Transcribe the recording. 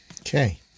Okay